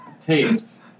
Taste